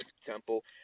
Temple